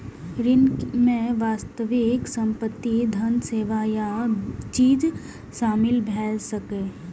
ऋण मे वास्तविक संपत्ति, धन, सेवा या चीज शामिल भए सकैए